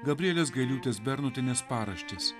gabrielės gailiūtės bernotienės paraštės